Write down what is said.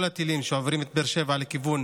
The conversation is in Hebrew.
כל הטילים שעוברים את באר שבע לכיוון